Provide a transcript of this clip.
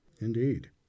Indeed